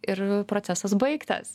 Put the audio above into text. ir procesas baigtas